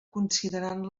considerant